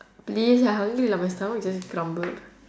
please I hungry lah my stomach just grumbled